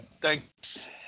Thanks